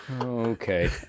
Okay